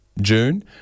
June